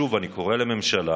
שוב אני קורא לממשלה,